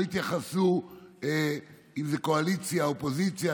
לא התייחסו אם זה קואליציה או אופוזיציה.